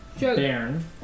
baron